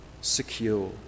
secure